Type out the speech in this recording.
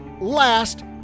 last